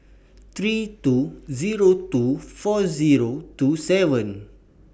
three two Zero two four Zero two seven